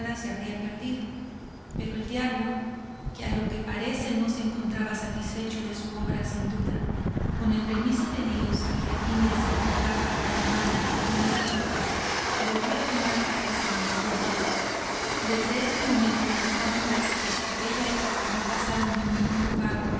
se habría perdido pero el diablo que a lo que parece no se encontraba satisfecho de su obra sin duda con el permiso de dios y a fin de hacer purgar a la comarca algunas culpas volvió a tomar cartas en el asunto desde este momento las fábulas que hasta aquella época no pasaron de un rumor vago